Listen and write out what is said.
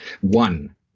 one